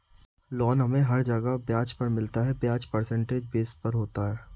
loan हमे हर जगह ब्याज पर मिलता है ब्याज परसेंटेज बेस पर होता है